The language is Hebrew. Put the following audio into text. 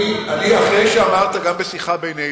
אחרי שאמרת, גם בשיחה בינינו,